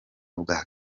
bwa